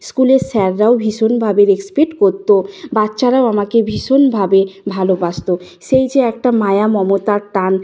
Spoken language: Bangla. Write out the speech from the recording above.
স্কুলের স্যাররাও ভীষণভাবে রেসপেক্ট করত বাচ্চারাও আমাকে ভীষণভাবে ভালোবাসত সেই যে একটা মায়া মমতার টান